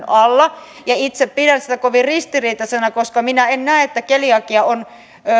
alla ja itse pidän sitä kovin ristiriitaisena koska minä en näe että keliakia on